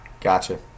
Gotcha